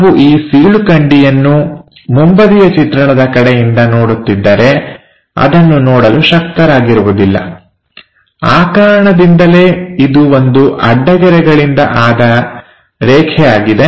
ನಾವು ಈ ಸೀಳುಕಂಡಿಯನ್ನು ಮುಂಬದಿಯ ಚಿತ್ರಣದ ಕಡೆಯಿಂದ ನೋಡುತ್ತಿದ್ದರೆ ಅದನ್ನು ನೋಡಲು ಶಕ್ತರಾಗಿರುವುದಿಲ್ಲ ಆ ಕಾರಣದಿಂದಲೇ ಇದು ಒಂದು ಅಡ್ಡ ಗೆರೆಗಳಿಂದ ಆದ ರೇಖೆ ಆಗಿದೆ